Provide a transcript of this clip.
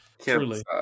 Truly